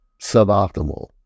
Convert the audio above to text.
suboptimal